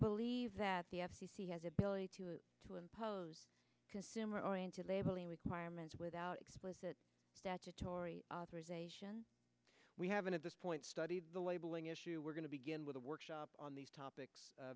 believe that the f c c has the ability to to impose consumer oriented labeling requirements without explicit statutory authorization we have been at this point studied the labeling issue we're going to begin with a workshop on these topics